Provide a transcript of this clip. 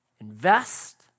Invest